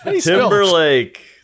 Timberlake